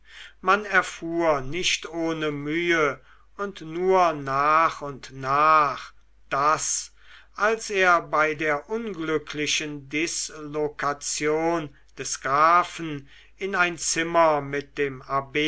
man erfuhr nicht ohne mühe und nur nach und nach daß als er bei der unglücklichen dislokation des grafen in ein zimmer mit dem